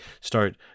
start